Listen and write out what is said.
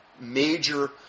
major